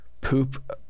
poop